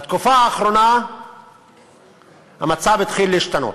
בתקופה האחרונה המצב התחיל להשתנות.